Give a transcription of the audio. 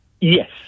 Yes